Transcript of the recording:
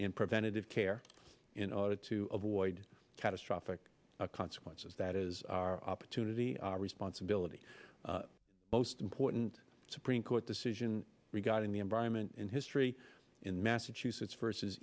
in preventative care in order to avoid catastrophic consequences that is our opportunity our responsibility most important supreme court decision regarding the environment and history in massachusetts versus